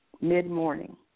mid-morning